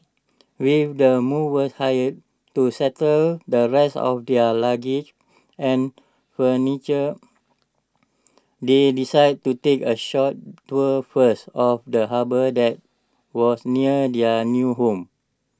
with the movers hired to settle the rest of their luggage and furniture they decided to take A short tour first of the harbour that was near their new home